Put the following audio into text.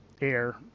air